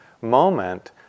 moment